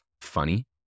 funny